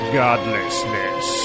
godlessness